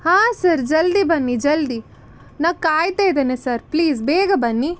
ಹಾಂ ಸರ್ ಜಲ್ದಿ ಬನ್ನಿ ಜಲ್ದಿ ನಾನು ಕಾಯ್ತಾ ಇದ್ದೇನೆ ಸರ್ ಪ್ಲೀಸ್ ಬೇಗ ಬನ್ನಿ